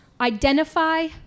Identify